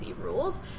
rules